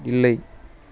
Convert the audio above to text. இல்லை